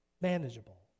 manageable